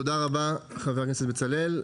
תודה רבה, חבר הכנסת בצלאל.